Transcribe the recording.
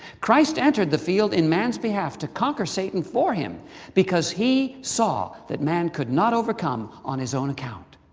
christ entered the field in man's behalf to conquer satan for him because he saw that man could not overcome on his own account.